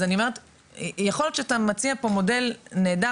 אז אני אומרת יכול להיות שאתה מציע פה מודל נהדר,